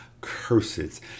curses